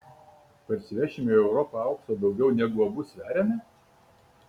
parsivešime į europą aukso daugiau negu abu sveriame